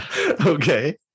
Okay